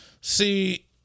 See